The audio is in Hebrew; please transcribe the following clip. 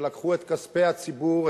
שלקחו את כספי הציבור,